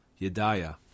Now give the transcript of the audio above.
Yedaya